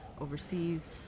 overseas